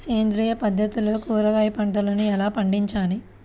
సేంద్రియ పద్ధతుల్లో కూరగాయ పంటలను ఎలా పండించాలి?